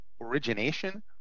origination